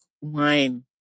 wine